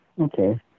Okay